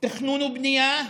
תכנון ובנייה,